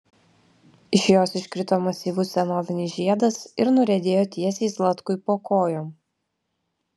iš jos iškrito masyvus senovinis žiedas ir nuriedėjo tiesiai zlatkui po kojom